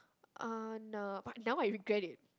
uh nah but now I regret it